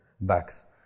backs